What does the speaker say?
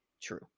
true